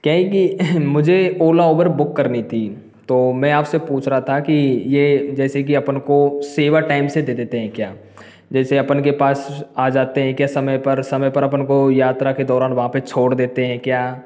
क्या है कि मुझे ओला उबर बुक करनी थी तो मैं आपसे पूछ रहा था कि यह जैसे की अपन को सेवा टाइम से दे देते हैं क्या जैसे अपन के पास आ जाते हैं क्या समय पर समय पर अपन को यात्रा के दौरान वहाँ पे छोड़ देते हैं क्या